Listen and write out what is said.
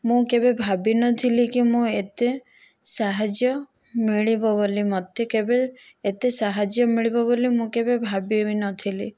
ମୁଁ କେବେ ଭାବିନଥିଲି କି ମୁଁ ଏତେ ସାହାଯ୍ୟ ମିଳିବ ବୋଲି ମୋତେ କେବେ ଏତେ ସାହାଯ୍ୟ ମିଳିବ ବୋଲି ମୁଁ କେବେ ଭାବି ବି ନଥିଲି